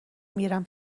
میرم